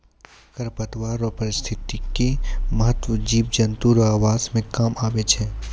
खरपतवार रो पारिस्थितिक महत्व जिव जन्तु रो आवास मे काम आबै छै